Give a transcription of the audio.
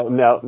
no